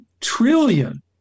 trillion